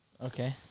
okay